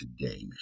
today